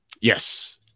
Yes